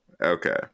Okay